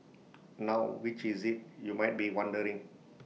now which is IT you might be wondering